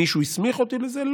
מישהו הסמיך אותי לזה?